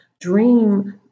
dream